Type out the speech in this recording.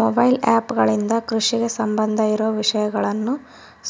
mobile app ಗಳಿಂದ ಕೃಷಿಗೆ ಸಂಬಂಧ ಇರೊ ವಿಷಯಗಳನ್ನು